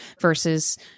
versus